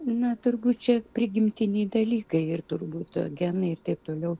na turbūt čia prigimtiniai dalykai ir turbūt genai ir taip toliau